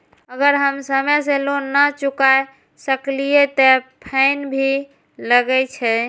अगर हम समय से लोन ना चुकाए सकलिए ते फैन भी लगे छै?